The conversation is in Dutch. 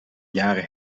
jaren